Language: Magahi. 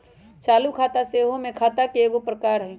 चालू खता सेहो जमें खता के एगो प्रकार हइ